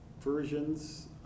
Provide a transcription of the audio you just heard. versions